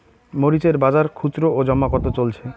মরিচ এর বাজার খুচরো ও জমা কত চলছে?